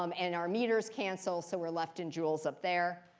um and our meters cancel, so we're left in joules up there.